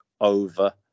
over